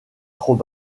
trop